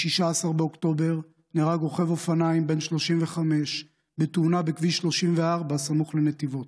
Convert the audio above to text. ב-16 באוקטובר נהרג רוכב אופניים בן 35 בתאונה בכביש 34 סמוך לנתיבות,